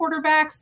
quarterbacks